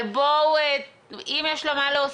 אם יש לה מה להוסיף,